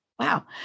Wow